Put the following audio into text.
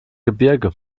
gebirge